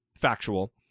factual